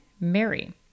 Mary